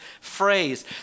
phrase